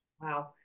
Wow